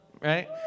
right